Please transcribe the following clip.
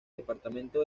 departamento